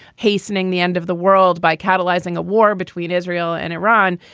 hastening the end of the world by catalyzing a war between israel and iran,